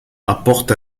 apporte